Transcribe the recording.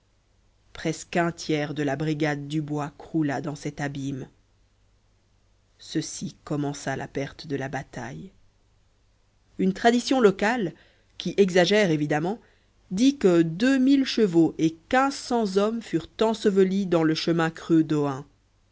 presque un tiers de la brigade dubois croula dans cet abîme ceci commença la perte de la bataille une tradition locale qui exagère évidemment dit que deux mille chevaux et quinze cents hommes furent ensevelis dans le chemin creux